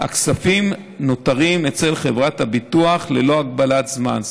הכספים נותרים אצל חברת הביטוח ללא הגבלת זמן,